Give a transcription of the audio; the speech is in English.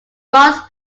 ross